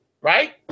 right